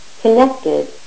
connected